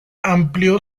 amplió